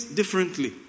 differently